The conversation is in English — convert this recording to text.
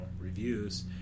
reviews